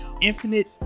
infinite